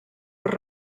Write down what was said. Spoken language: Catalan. per